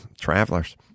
travelers